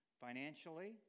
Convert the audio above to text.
financially